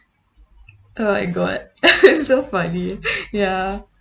uh I got so funny ya